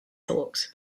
hawks